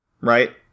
right